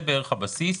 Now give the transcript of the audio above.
זה בערך הבסיס.